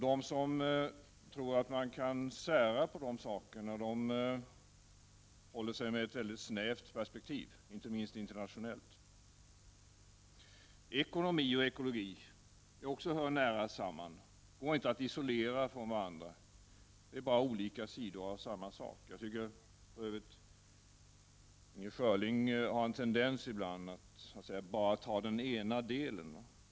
De som tror att man kan sära på de sakerna håller sig med ett väldigt snävt perspektiv, inte minst internationellt. Ekonomi och ekologi hör också nära samman och går inte att isolera från varandra. Det är olika sidor av samma sak. Jag tycker för övrigt att Inger Schörling har en tendens ibland att så att säga bara ta den ena delen.